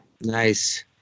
Nice